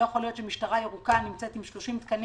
לא יכול להיות שמשטרה ירוקה נמצאת עם 30 תקנים.